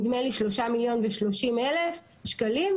נדמה לי שלושה מיליון ושלושים אלף שקלים,